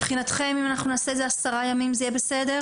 מבחינתכם אם אנחנו נעשה את זה 10 ימים זה יהיה בסדר?